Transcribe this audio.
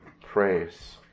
praise